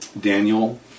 Daniel